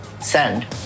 send